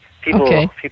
people